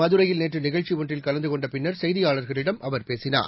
மதுரையில் நேற்று நிகழ்ச்சி ஒன்றில் கலந்து கொண்ட பின்னர் செய்தியாளர்களிடம் அவர் பேசினார்